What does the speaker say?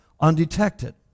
undetected